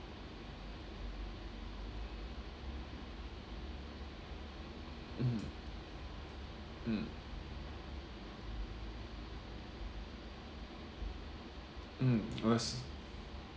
mmhmm mm mm was